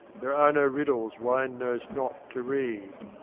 there are no riddles wine knows not to read.